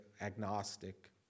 agnostic